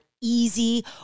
easy